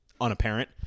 unapparent